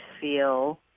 feel